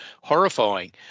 horrifying